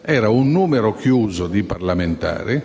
prevedeva un numero chiuso di parlamentari